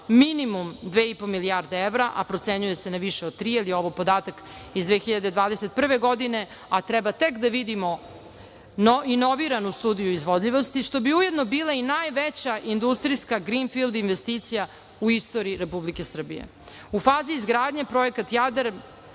minimum dve i po milijarde evra, a procenjuje se na više od tri, ali je ovo podatak iz 2021. godine, a treba tek da vidimo inoviranu studiju izvodljivosti što bi ujedno bile i najveća industrijska grinfild investicija u istoriji Republike Srbije. U fazi izgradnje Projekat